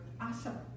Awesome